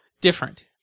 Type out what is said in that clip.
Different